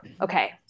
okay